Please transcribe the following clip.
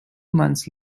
months